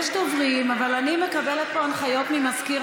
יש דוברים, אבל אני מקבלת פה הנחיות ממזכיר